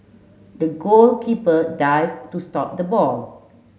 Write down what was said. the goalkeeper dived to stop the ball